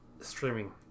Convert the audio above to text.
streaming